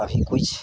कभी किछु